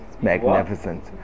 Magnificent